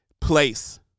place